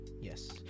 Yes